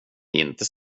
inte